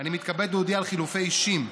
אני מתכבד להודיע על חילופי אישים,